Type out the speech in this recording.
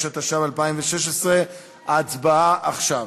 התשע"ו 2016. ההצבעה עכשיו,